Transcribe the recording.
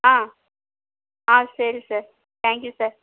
ஆ ஆ சரி sir thank you sir